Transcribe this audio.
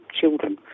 children